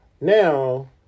now